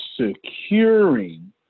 securing